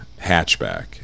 hatchback